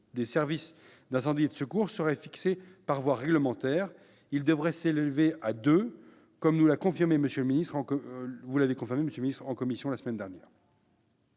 des services d'incendie et de secours serait fixé par voie réglementaire. Il devrait s'élever à deux, comme vous nous l'avez confirmé la semaine dernière